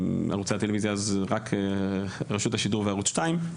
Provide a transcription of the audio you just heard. ערוצי הטלוויזיה היו רק רשות השידור וערוץ 2,